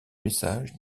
message